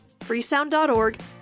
Freesound.org